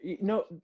no